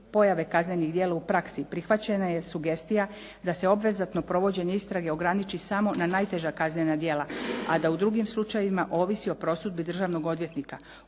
pojave kaznenih djela u praksi prihvaćena je sugestija da se obvezatno provođenje istrage ograniči samo na najteža kaznena djela a da u drugim slučajevima ovisi o prosudbi državnog odvjetnika.